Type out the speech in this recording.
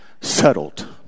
settled